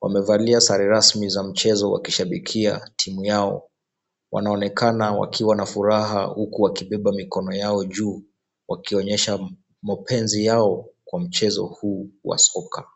wamevalia sare rasmi za mchezo wakishabikia timu yao. Wanaonekana wakiwa na furaha huku wakibeba mikono yao juu wakionyesha mapenzi yao kwa mchezo huu wa soka.